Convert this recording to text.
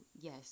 yes